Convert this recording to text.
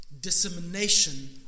dissemination